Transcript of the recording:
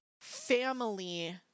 family